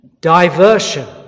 Diversion